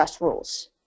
rules